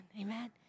Amen